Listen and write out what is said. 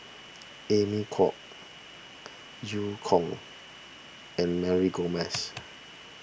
Amy Khor Eu Kong and Mary Gomes